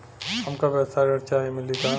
हमका व्यवसाय ऋण चाही मिली का?